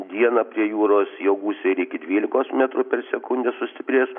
dieną prie jūros jau gūsiai ir iki dvylikos metrų per sekundę sustiprės